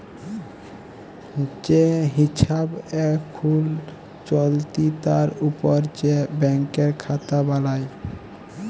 যে হিছাব এখুল চলতি তার উপর যে ব্যাংকের খাতা বালাই